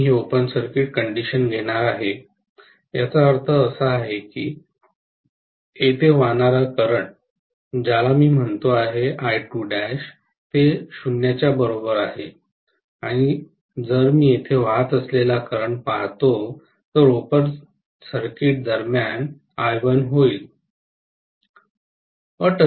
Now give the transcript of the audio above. मी ही open circuit condition घेणार आहे याचा अर्थ असा आहे की येथे वाहणारा करंट ज्याला मी कॉल करतो ते ही 0 च्या बरोबर आहे आणि जर मी येथे वाहत असलेला करंट पाहतो तर ओपन सर्किट दरम्यान I1 होईल